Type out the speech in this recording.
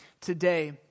today